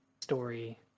story